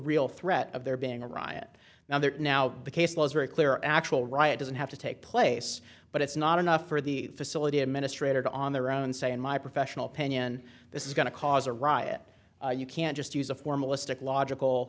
real threat of there being a riot now that now the case law is very clear actual riot doesn't have to take place but it's not enough for the facility administrator to on their own say in my professional opinion this is going to cause a riot you can't just use a formalistic logical